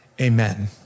Amen